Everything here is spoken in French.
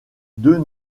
deux